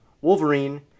Wolverine